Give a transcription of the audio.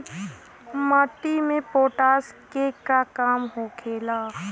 माटी में पोटाश के का काम होखेला?